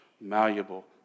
malleable